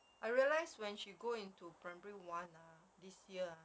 I realize when she go into primary one ah this year ah